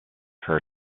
her